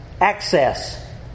access